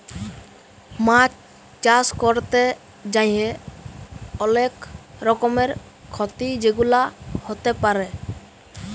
মাছ চাষ ক্যরতে যাঁয়ে অলেক রকমের খ্যতি যেগুলা হ্যতে পারে